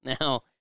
Now